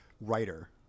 writer